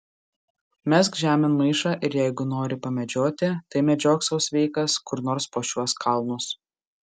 mesk žemėn maišą ir jeigu nori pamedžioti tai medžiok sau sveikas kur nors po šiuos kalnus